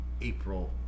April